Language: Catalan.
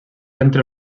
entre